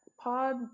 pod